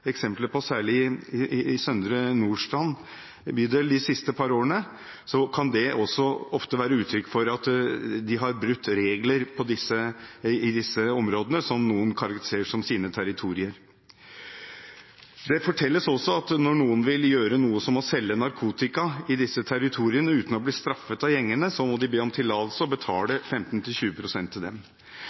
eksempler på særlig i Søndre Nordstrand bydel de siste par årene, kan det også ofte være uttrykk for at de har brutt regler i disse områdene, som noen karakteriserer som sine territorier. Det fortelles også at når noen vil gjøre noe, som å selge narkotika i disse territoriene uten å bli straffet av gjengene, må de be om tillatelse og betale 15–20 pst. til dem.